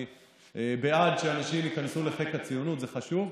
אני בעד שאנשים ייכנסו לחיק הציונות, זה חשוב.